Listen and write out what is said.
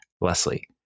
Leslie